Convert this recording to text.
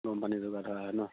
গৰম পানী যোগাৰ ধৰা হয় নহ্